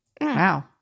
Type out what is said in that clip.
Wow